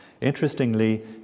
Interestingly